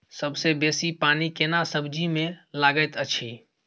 सबसे बेसी पानी केना सब्जी मे लागैत अछि?